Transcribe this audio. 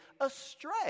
astray